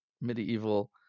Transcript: medieval